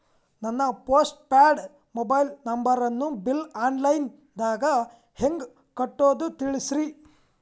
ನನ್ನ postpaid mobile ನಂಬರನ್ನು bill online ದಾಗ ಹೆಂಗ್ ಕಟ್ಟೋದು ತಿಳಿಸ್ರಿ